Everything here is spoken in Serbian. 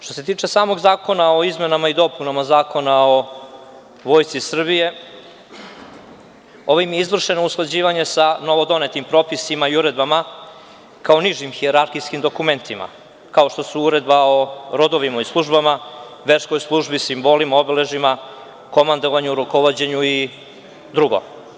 Što se tiče samog zakona o izmenama i dopunama Zakona o Vojsci Srbije, njima je izvršeno usklađivanje sa novodonetim propisima i uredbama, kao nižim hijerarhijskim dokumentima, kao što su Uredba o rodovima i službama, verskoj službi, simbolima, obeležjima, komandovanju, rukovođenju i drugo.